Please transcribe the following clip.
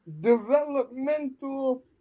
developmental